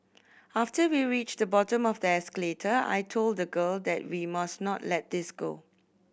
after we reached the bottom of the escalator I told the girl that we must not let this go